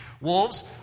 wolves